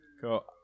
Cool